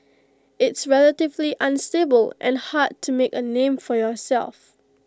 it's relatively unstable and hard to make A name for yourself